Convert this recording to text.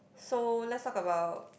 so let's talk about